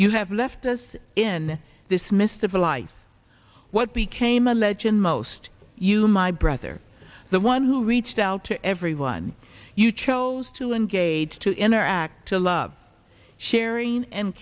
you have left us in this midst of a life what became a legend most you my brother the one who reached out to everyone you chose to engage to interact to love sharing and